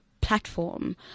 platform